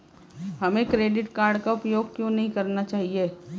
हमें credit card का उपयोग क्यों नहीं करना चाहिए?